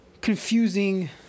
confusing